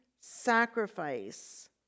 sacrifice